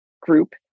group